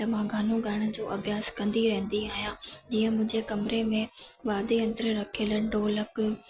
त मां गानो ॻाइण जो अभ्यास कंदी रहंदी आहियां जीअं मुंहिंजे कमरे में वाद्ययंत्र रखियल आहिनि ढोलक